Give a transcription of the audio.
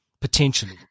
potentially